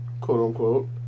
quote-unquote